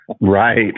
right